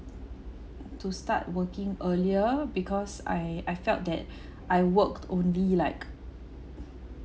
to start working earlier because I I felt that I worked only like